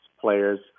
players